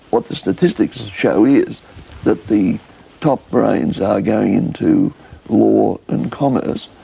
what the statistics show is that the top brains are going into law and commerce,